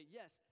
yes